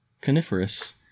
coniferous